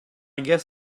guess